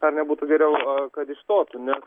ar nebūtų geriau kad išstotų nes